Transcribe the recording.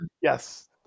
yes